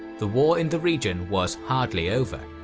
the war in the region was hardly over.